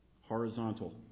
Horizontal